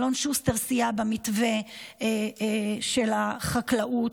אלון שוסטר סייע במתווה של החקלאות,